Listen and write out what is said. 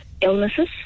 illnesses